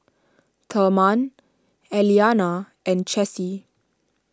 therman Elianna and Chessie